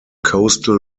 coastal